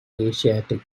asiatic